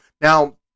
now